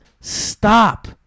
stop